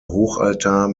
hochaltar